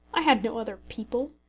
i had no other people.